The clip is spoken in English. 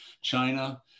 China